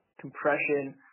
compression